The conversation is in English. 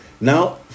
now